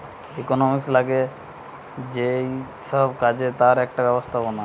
economics লাগে যেই সব কাজে তার একটা ব্যবস্থাপনা